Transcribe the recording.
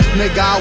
nigga